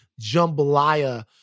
jambalaya